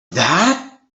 that